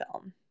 film